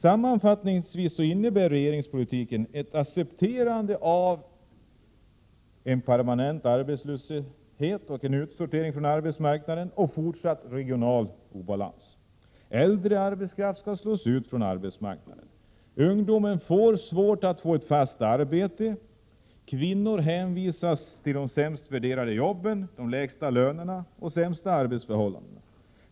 Sammanfattningsvis innebär regeringspolitiken ett accepterande av en permanent arbetslöshet, utsortering från arbetsmarknaden och en fortsatt regional obalans. Äldre arbetskraft skall slås ut från arbetsmarknaden. Ungdomen får svårt att få fast arbete. Kvinnorna hänvisas till de sämst värderade jobben, de lägsta lönerna och de sämsta arbetsförhållandena.